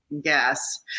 Yes